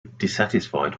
dissatisfied